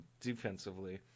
defensively